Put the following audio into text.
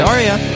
Aria